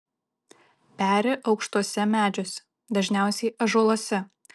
peri aukštuose medžiuose dažniausiai ąžuoluose